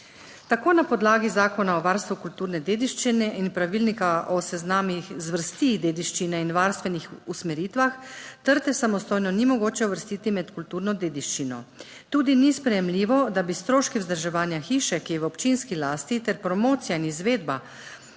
Tako na podlagi Zakona o varstvu kulturne dediščine in Pravilnika o seznamih zvrsti dediščine in varstvenih usmeritvah trte samostojno ni mogoče uvrstiti med kulturno dediščino. Tudi ni sprejemljivo, da bi stroški vzdrževanja hiše, ki je v občinski lasti, ter promocija in izvedba